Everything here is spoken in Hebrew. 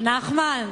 נחמן,